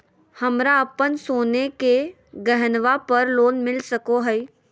हमरा अप्पन सोने के गहनबा पर लोन मिल सको हइ?